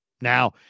Now